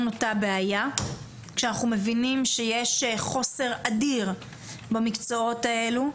אותה בעיה כשאנחנו מבינים שיש חוסר אדיר במקצועות האלו,